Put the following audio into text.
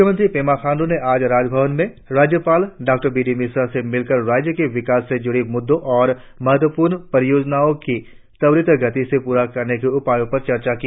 मुख्यमंत्री पेमा खांडू ने आज राजभवन में राज्यपाल डॉ बी डी मिश्रा से मिलकर राज्य के विकास से जुड़े मुद्दों और महत्वपूर्ण परियोजनाओं की त्वरित गति से पूरा करने के उपायों पर चर्चा की